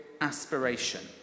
aspiration